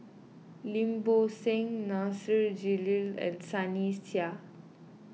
Lim Bo Seng Nasir Jalil and Sunny Sia